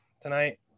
tonight